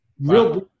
Real